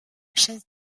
chaise